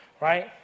right